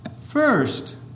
First